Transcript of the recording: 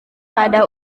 pada